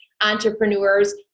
entrepreneurs